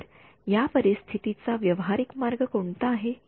तर या परिस्थितीचा व्यावहारिक मार्ग कोणता आहे